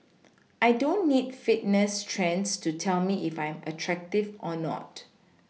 I don't need Fitness trends to tell me if I am attractive or not